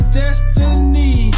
destiny